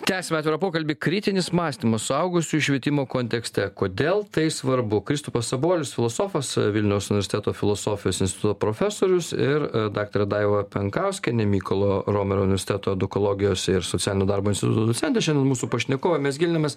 tęsiam atvirą pokalbį kritinis mąstymas suaugusių švietimo kontekste kodėl tai svarbu kristupas sabolius filosofas vilniaus universiteto filosofijos instituto profesorius ir daktarė daiva penkauskienė mykolo romerio universiteto edukologijos ir socialinio darbo instituto docentė šiandien mūsų pašnekovai mes gilinamės